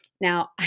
Now